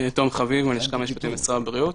אני מהלשכה המשפטית במשרד הבריאות.